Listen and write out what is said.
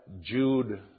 Jude